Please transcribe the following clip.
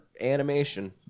animation